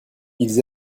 ils